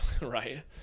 right